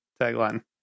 tagline